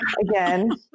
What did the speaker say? again